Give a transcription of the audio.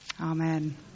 Amen